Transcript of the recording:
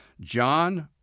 John